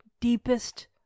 deepest